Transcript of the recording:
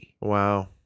Wow